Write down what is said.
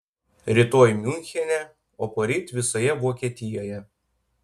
rytoj miunchene o poryt visoje vokietijoje